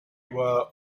were